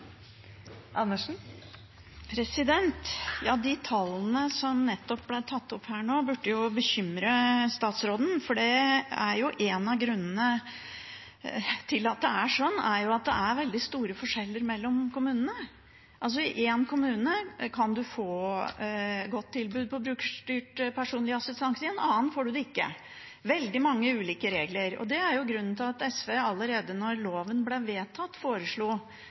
De tallene som nettopp ble tatt opp her nå, burde bekymre statsråden, for en av grunnene til at det er sånn, er at det er veldig store forskjeller mellom kommunene. I én kommune kan man få et godt tilbud på brukerstyrt personlig assistanse, i en annen får man det ikke. Det er veldig mange ulike regler. Det er grunnen til at SV allerede da loven ble vedtatt, foreslo